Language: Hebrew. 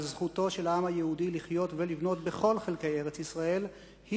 זכותו של העם היהודי לחיות ולבנות בכל חלקי ארץ-ישראל היא